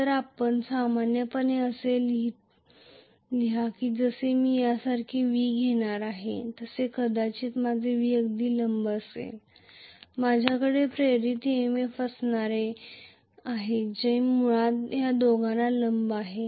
तर आपण सामान्यपणे असे लिहा की जसे की मी यासारखे v घेणार आहे जसे की कदाचित माझे v अगदी लंब असेल माझ्याकडे प्रेरित EMF असणार आहे जे मुळात त्या दोघांना लंब आहे